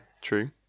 true